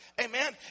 Amen